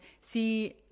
see